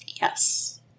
Yes